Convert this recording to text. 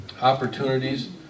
opportunities